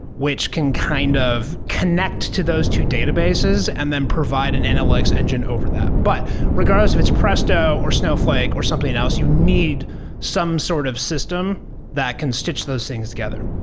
which can kind of connect to those two databases and then provide an analytics engine over that. but regardless if it's presto or snowflake or something and else, you need some sort of system that can stitch those things together.